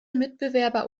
mitbewerber